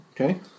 Okay